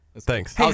Thanks